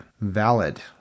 valid